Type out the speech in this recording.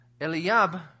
Eliab